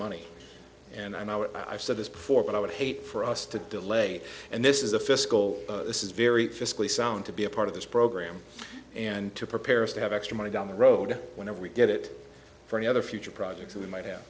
it i've said this before but i would hate for us to delay and this is a fiscal this is very fiscally sound to be a part of this program and to prepare is to have extra money down the road whenever we get it for any other future projects we might have